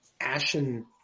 ashen